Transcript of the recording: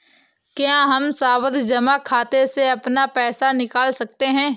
क्या हम सावधि जमा खाते से अपना पैसा निकाल सकते हैं?